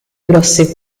grosse